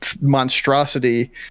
monstrosity